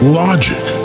logic